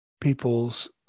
people's